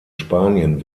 spanien